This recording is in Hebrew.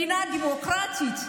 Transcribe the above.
מדינה דמוקרטית.